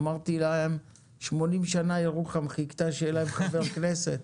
אמרתי להם: 80 שנה ירוחם חיכתה שיהיה להם חבר כנסת.